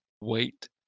wait